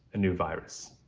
a new virus.